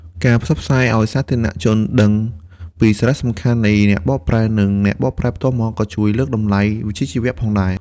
ការផ្សព្វផ្សាយឲ្យសាធារណជនយល់ដឹងពីសារៈសំខាន់នៃអ្នកបកប្រែ និងអ្នកបកប្រែផ្ទាល់មាត់ ក៏ជួយលើកតម្លៃវិជ្ជាជីវៈផងដែរ។